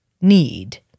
need